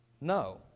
No